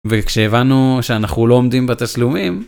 וכשהבנו שאנחנו לא עומדים בתשלומים.